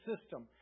system